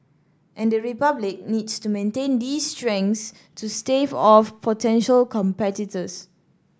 and the Republic needs to maintain these strengths to stave off potential competitors